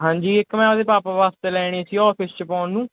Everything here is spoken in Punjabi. ਹਾਂਜੀ ਇੱਕ ਮੈਂ ਆਪਦੇ ਪਾਪਾ ਵਾਸਤੇ ਲੈਣੇ ਸੀ ਆਫਿਸ 'ਚ ਪਾਉਣ ਨੂੰ